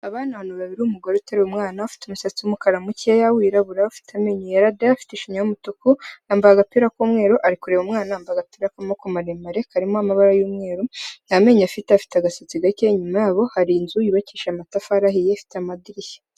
Abana ni babiri umugore uteruye umwana ufite umusatsi w'umukara mukeya wirabura, ufite amenyo yera de, afite ishinya y'umutuku, yambaye agapira k'umweru ari kureba umwana wambaye agapira k'amaboko maremare karimo amabara y'umweru, nta menyo afite, afite agasetsi gake, inyuma yabo hari inzu yubakisha amatafari ifite amadirishya.